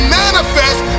manifest